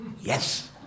Yes